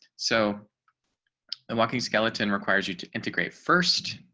so the walking skeleton requires you to integrate first